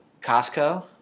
Costco